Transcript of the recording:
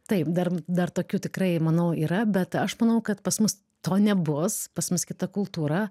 taip dar dar tokių tikrai manau yra bet aš manau kad pas mus to nebus pas mus kita kultūra